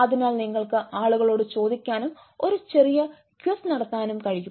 അതിനാൽ നിങ്ങൾക്ക് ആളുകളോട് ചോദിക്കാനും ഒരു ചെറിയ ക്വിസ് നടത്താനും കഴിയും